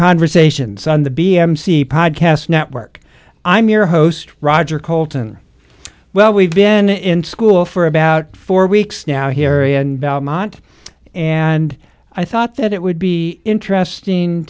conversations on the b m c podcast network i'm your host roger coulton well we've been in school for about four weeks now here in belmont and i thought that it would be interesting